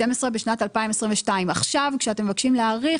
בשנת 2022. עכשיו כשאתם מבקשים להאריך,